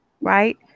right